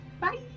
Bye